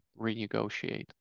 renegotiate